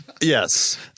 Yes